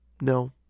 No